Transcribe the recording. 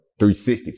360